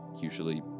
usually